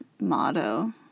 motto